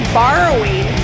borrowing